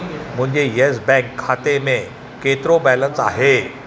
मुंहिंजे येसबैंक खाते में केतिरो बैलेंस आहे